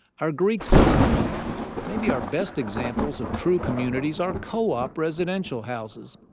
our greek system, and maybe our best examples of true communities are co-op residential houses,